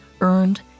earned